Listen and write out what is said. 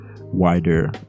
wider